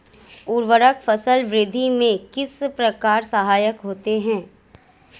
उर्वरक फसल वृद्धि में किस प्रकार सहायक होते हैं?